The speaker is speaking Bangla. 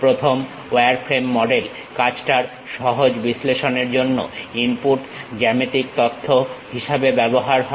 প্রথম ওয়ারফ্রেম মডেল কাজটার সহজ বিশ্লেষণের জন্য ইনপুট জ্যামিতিক তথ্য হিসাবে ব্যবহার হয়